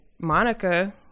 Monica